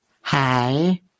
Hi